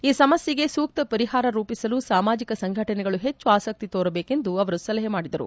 ಈ ಸಮಸ್ನೆಗೆ ಸೂಕ್ಷ ಪರಿಹಾರ ರೂಪಿಸಲು ಸಾಮಾಜಿಕ ಸಂಘಟನೆಗಳು ಹೆಚ್ಚು ಆಸಕ್ತಿ ತೋರಬೇಕೆಂದು ಅವರು ಸಲಹೆ ಮಾಡಿದರು